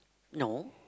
no